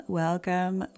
welcome